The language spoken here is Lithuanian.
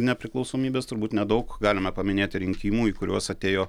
nepriklausomybės turbūt nedaug galime paminėti rinkimų į kuriuos atėjo